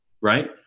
right